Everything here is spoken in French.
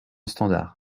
standard